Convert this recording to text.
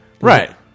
right